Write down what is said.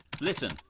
Listen